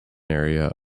area